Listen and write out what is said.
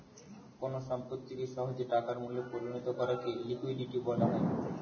কোন সম্পত্তিকে সহজে টাকার মূল্যে পরিণত করাকে লিকুইডিটি বলা হয়